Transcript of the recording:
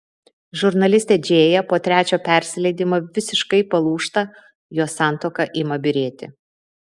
žurnalistė džėja po trečio persileidimo visiškai palūžta jos santuoka ima byrėti